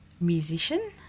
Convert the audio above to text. musician